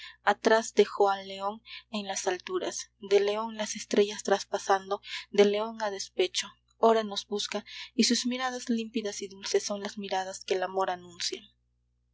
atrás dejó al león en las alturas del león las estrellas traspasando del león a despecho ora nos busca y sus miradas límpidas y dulces son las miradas que el amor anuncian